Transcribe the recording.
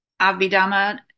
Abhidhamma